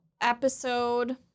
episode